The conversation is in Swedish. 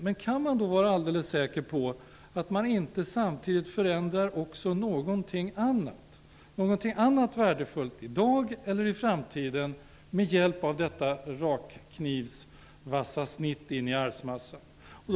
Men kan man då vara alldeles säker på att man inte samtidigt förändrar någonting annat värdefullt i dag eller i framtiden med hjälp av detta rakknivsvassa snitt in i arvsmassan?